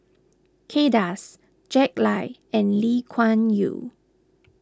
Kay Das Jack Lai and Lee Kuan Yew